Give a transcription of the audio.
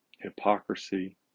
hypocrisy